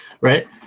right